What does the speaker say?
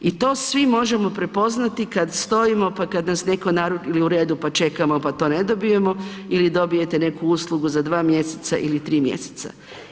I to svi možemo prepoznati kad stojimo pa kada nas netko naruči ili u redu pa čekamo pa to ne dobijemo ili dobijete neku uslugu za 2 mjeseca ili 3 mjeseca.